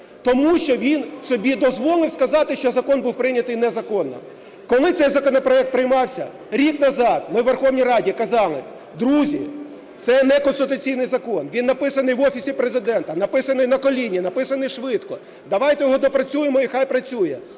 тому що він собі дозволив сказати, що закон був прийнятий незаконно. Коли цей законопроект приймався рік назад, ми в Верховній Раді казали: друзі, це неконституційний закон, він написаний в Офісі Президента, написаний "на коліні", написаний швидко, давайте його доопрацюємо і нехай працює.